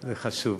זה חשוב.